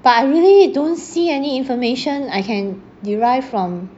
but I really don't see any information I can derive from